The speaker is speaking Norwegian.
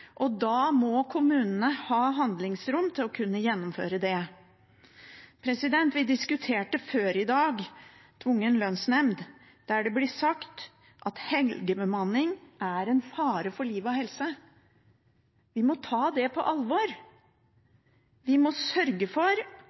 og da må kommunene ha handlingsrom til å kunne gjennomføre det. Før i dag diskuterte vi tvungen lønnsnemnd, der det ble sagt at helgebemanningen er en fare for liv og helse. Vi må ta det på alvor. Vi må sørge for